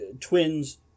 twins